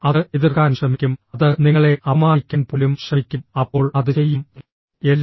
അത് എതിർക്കാൻ ശ്രമിക്കും അത് നിങ്ങളെ അപമാനിക്കാൻ പോലും ശ്രമിക്കും അപ്പോൾ അത് ചെയ്യും എല്ലാം